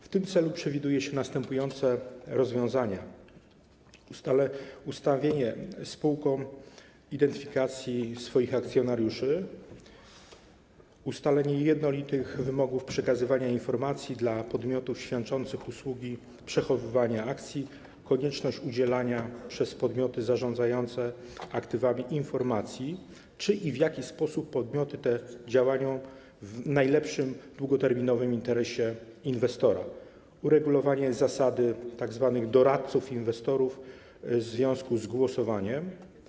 W tym celu przewiduje się następujące rozwiązania: ułatwienie spółkom identyfikacji swoich akcjonariuszy, ustalenie jednolitych wymogów przekazywania informacji dla podmiotów świadczących usługi przechowywania akcji, konieczność udzielania przez podmioty zarządzające aktywami informacji, czy i w jaki sposób podmioty te działają w najlepszym długoterminowym interesie inwestora, uregulowanie zasad działania tzw. doradców inwestorów w związku z głosowaniem.